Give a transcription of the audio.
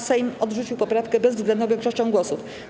Sejm odrzucił poprawkę bezwzględną większością głosów.